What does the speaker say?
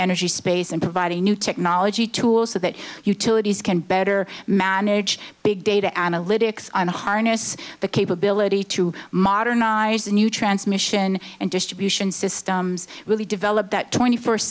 energy space and providing a new technology tools so that utilities can better manage big data analytics on a harness the capability to modernize a new transmission and distribution systems really develop that twenty first